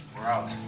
we're out.